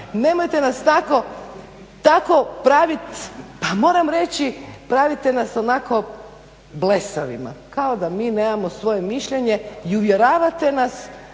nemojte nas tako praviti, pa moram reći pravite nas onako blesavima kao da mi nemamo svoje mišljenje i uvjeravate nas